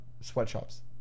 Sweatshops